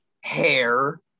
hair